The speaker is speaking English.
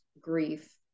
grief